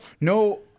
no